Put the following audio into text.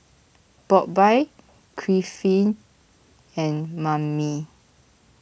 Bobbye Griffith and Mammie